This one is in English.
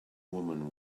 woman